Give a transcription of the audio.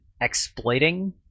exploiting